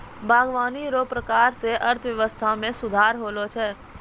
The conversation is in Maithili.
बागवानी रो प्रकार से अर्थव्यबस्था मे सुधार होलो छै